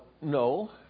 no